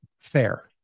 fair